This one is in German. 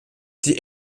die